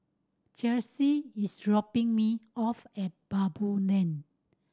Chelsy is dropping me off at Baboo Lane